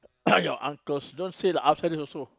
your uncles you don't say lah outside this also